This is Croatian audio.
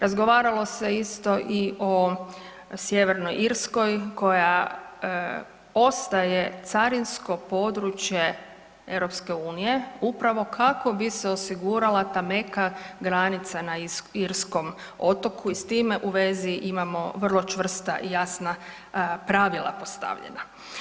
Razgovaralo se isto i o Sjevernoj Irskoj koja ostaje carinsko područje EU upravo kako bi se osigurala ta meka granica na Irskom otoku i s time u vezi imamo vrlo čvrsta i jasna pravila postavljena.